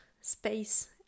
space